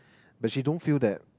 but she don't feel that